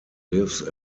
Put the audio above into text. lives